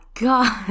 God